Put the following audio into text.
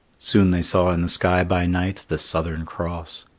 soon they saw in the sky by night the southern cross.